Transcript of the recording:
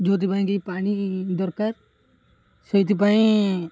ଯେଉଁଥିପାଇଁ କି ପାଣି ଦରକାର ସେଇଥିପାଇଁ